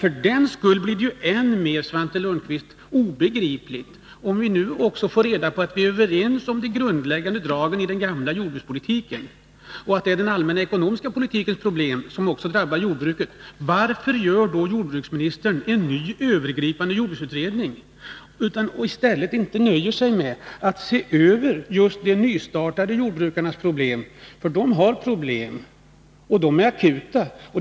För den skull blir det emellertid än mer obegripligt, Svante Lundkvist, om vi nu också får reda på att vi är överens om de grundläggande dragen i den gamla jordbrukspolitiken och att det är den allmänna ekonomiska politikens problem som också drabbar jordbruket. Varför vill då jordbruksministern ha en ny övergripande jordbruksutredning, i stället för att nöja sig med att se över just de nystartade jordbrukens problem? Dessa jordbrukare har nämligen akuta problem.